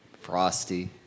Frosty